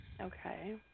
Okay